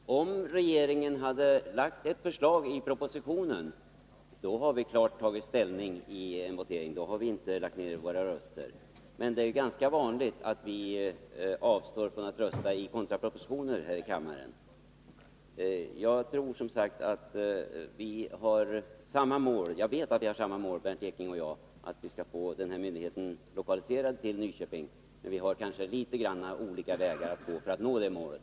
Herr talman! Om regeringen i propositionen hade lagt fram ett förslag om lokaliseringsorten, hade vi tagit ställning vid voteringen. Då hade vi inte lagt ner våra röster. Men det är ganska vanligt att vi avstår från att rösta vid kontrapropositionsvoteringar i kammaren. Jag vet att Bernt Ekinge och jag har samma mål — att vi skall få denna myndighet lokaliserad till Nyköping. Men vi har olika vägar för att nå det målet.